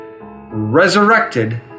resurrected